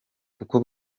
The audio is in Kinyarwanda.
kuko